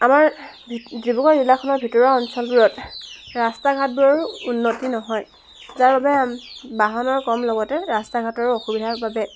আমাৰ ডি ডিব্ৰুগড় জিলাখনৰ ভিতৰুৱা অঞ্চলবোৰত ৰাস্তা ঘাটবোৰৰো উন্নতি নহয় যাৰ বাবে বাহনৰ কম লগতে ৰাস্তা ঘাটৰো অসুবিধাৰ বাবে